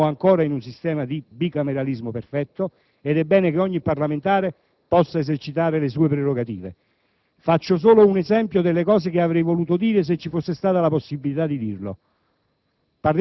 Siamo ancora in un sistema di bicameralismo perfetto ed è bene che ogni parlamentare possa esercitare le sue prerogative. Faccio solo un esempio di quanto avrei voluto dire se ce ne fosse stata la possibilità. Parliamo